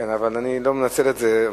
אבל אני לא מנצל את זה.